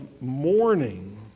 mourning